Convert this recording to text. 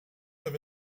have